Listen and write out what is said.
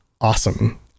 awesome